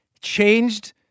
changed